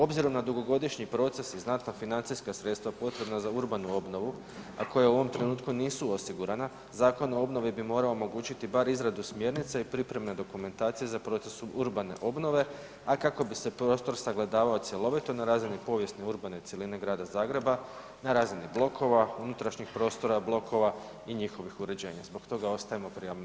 Obzirom na dugogodišnji proces i znatna financijska sredstva potrebna za urbanu obnovu a koja u ovom trenutku nisu osigurana, Zakon o obnovi bi morao omogućiti bar izradu smjernice i pripreme dokumentacije za proces urbane obnove a kako bi se prostor sagledavao cjelovito na razini povijesno-urbane cjeline grada Zagreba, na razini blokova, unutrašnjih prostora blokova i njihovih uređenja, zbog toga ostajemo pri amandmanu i tražimo glasovanje.